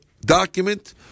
document